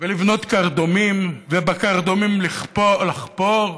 ולבנות קרדומים ובקרדומים לחפור,